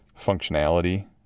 functionality